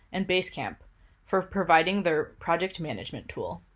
and basecamp for providing their project management tool.